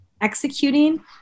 executing